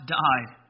died